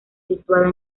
situada